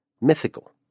mythical